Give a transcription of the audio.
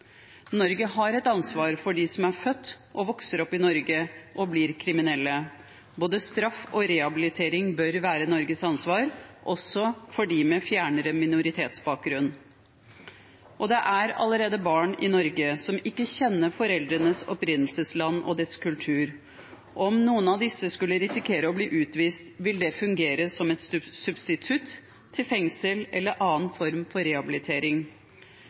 Norge har et ansvar for de som er født og vokser opp i Norge og blir kriminelle. Både straff og rehabilitering bør være Norges ansvar, også for dem med fjernere minoritetsbakgrunn. Det er allerede barn i Norge som ikke kjenner foreldrenes opprinnelsesland og dets kultur. Om noen av disse skulle risikere å bli utvist, vil det fungere som et substitutt til fengsel eller annen form for rehabilitering.